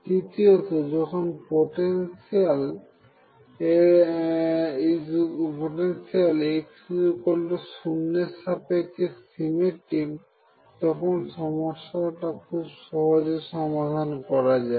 তৃতীয়ত যখন potential x0 এর সাপেক্ষে সিমেট্রিক তখন সমস্যাটা খুব সহজে সমাধান করা যায়